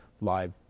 live